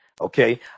Okay